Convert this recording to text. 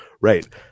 Right